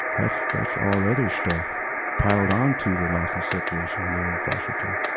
that's, that's all other stuff piled onto the loss and separation when they were in foster care.